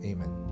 Amen